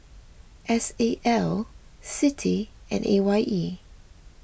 S A L Citi and A Y E